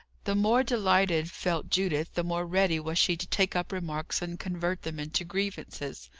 the more delighted felt judith, the more ready was she to take up remarks and convert them into grievances.